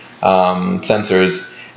sensors